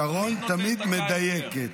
שרון תמיד מדייקת.